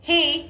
Hey